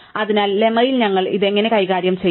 അതിനാൽ ലെമ്മയിൽ ഞങ്ങൾ ഇത് എങ്ങനെ കൈകാര്യം ചെയ്യും